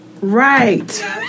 Right